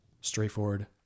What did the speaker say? straightforward